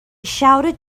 shouted